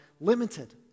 limited